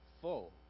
full